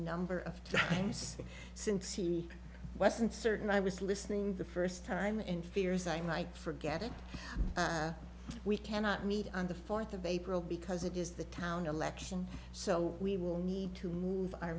number of times since he wasn't certain i was listening the first time and fears i might forget it we cannot meet on the fourth of april because it is the town election so we will need to move our